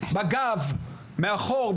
בגב מאחור,